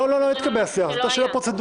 לא יתקבע שיח, זאת הייתה שאלה פרוצדורלית.